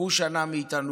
קחו שנה מאיתנו,